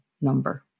number